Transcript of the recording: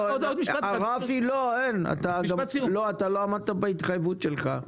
לא עמדת בהתחייבות שלך.